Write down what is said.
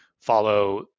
follow